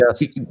yes